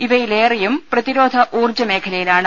ഇവയിലേറെയും പ്രതിരോധ ഊർജ്ജ മേഖലയിലാണ്